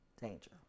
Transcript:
danger